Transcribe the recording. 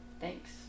Thanks